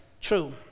true